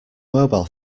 mobile